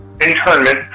internment